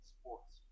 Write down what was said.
sports